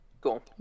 Cool